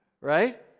Right